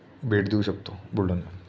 भेट देऊ शकतो बुलढाणा